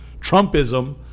Trumpism